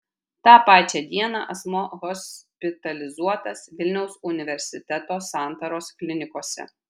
tą pačią dieną asmuo hospitalizuotas vilniaus universiteto santaros klinikose